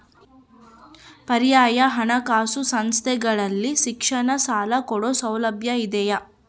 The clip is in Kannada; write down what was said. ಪರ್ಯಾಯ ಹಣಕಾಸು ಸಂಸ್ಥೆಗಳಲ್ಲಿ ಶಿಕ್ಷಣ ಸಾಲ ಕೊಡೋ ಸೌಲಭ್ಯ ಇದಿಯಾ?